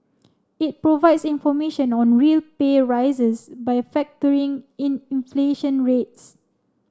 it provides information on real pay rises by a factoring in inflation rates